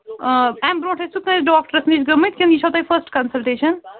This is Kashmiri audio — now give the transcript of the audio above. اَمہِ برٛونٚٹھ ٲسوٕ کٲنٛسہِ ڈاکٹرس نِش گٲمٕتۍ کِنہٕ یہ چھَو فٔسٹہٕ کنسلٹٮ۪شن